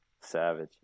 Savage